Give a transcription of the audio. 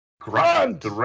Grunt